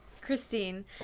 Christine